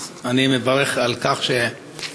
אז אני מברך על כך שמאמציך,